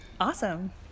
Awesome